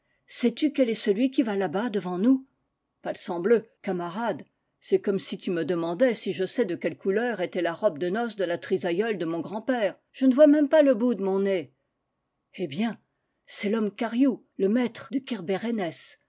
sais-tu quel est celui qui va là-bas devant nous palsambleu camarade c'est comme si tu me deman dais si je sais de quelle couleur était la robe de noces de la trisaïeule de mon grand-père je ne vois même pas le bout de mon nez eh bien c'est lomm kariou le maître de